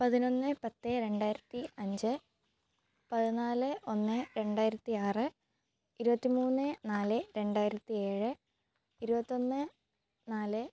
പതിനൊന്ന് പത്ത് രണ്ടായിരത്തി അഞ്ച് പതിനാല് ഒന്ന് രണ്ടായിരത്തി ആറ് ഇരുപത്തി മൂന്ന് നാല് രണ്ടായിരത്തി ഏഴ് ഇരുപത്തി ഒന്ന് നാല്